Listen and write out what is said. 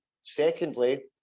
secondly